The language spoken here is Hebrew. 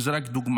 וזו רק דוגמה.